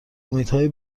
امیدهای